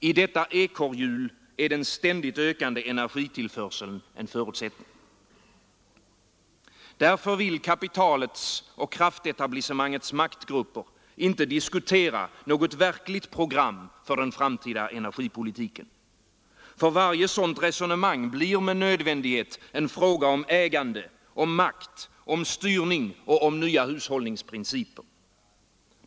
I detta ekorrhjul är den ständigt ökande trafiktillförseln en förutsättning. Därför vill kapitalets och kraftetablissemangets maktgrupper inte diskutera något verkligt program för den framtida energipolitiken, för varje sådant resonemang blir med nödvändighet en fråga om ägande, om makt, om styrning och om nya hushållningsprinciper.